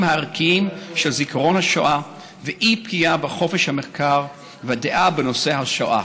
הערכיים של זיכרון השואה ואי-פגיעה בחופש המחקר והדעה בנושא השואה.